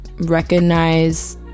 recognize